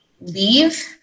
leave